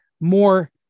more